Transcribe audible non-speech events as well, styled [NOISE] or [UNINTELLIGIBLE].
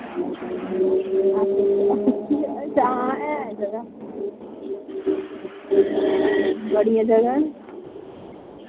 [UNINTELLIGIBLE] हां है जगह बड़ियां जगह न